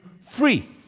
free